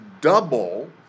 double